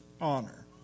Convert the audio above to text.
honor